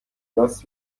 کلاس